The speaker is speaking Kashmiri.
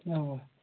اَوا